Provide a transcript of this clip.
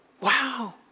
Wow